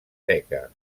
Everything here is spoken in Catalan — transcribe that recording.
seca